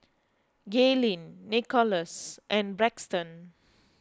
Gaylene Nikolas and Braxton